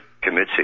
committee